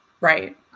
Right